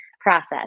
process